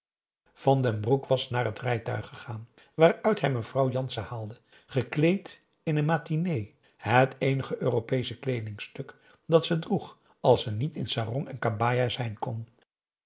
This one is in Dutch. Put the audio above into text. van den broek was naar het rijtuig gegaan waaruit hij mevrouw jansen haalde gekleed in een matinée het eenige europeesche kleedingstuk dat ze droeg als ze niet in sarong en kabaja zijn kon